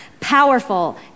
powerful